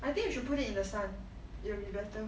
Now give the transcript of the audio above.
I think you should put it in the sun it'll be better